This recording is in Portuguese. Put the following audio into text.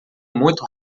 muito